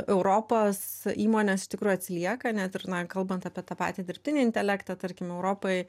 europos įmonės iš tikrųjų atsilieka net ir na kalbant apie tą patį dirbtinį intelektą tarkim europai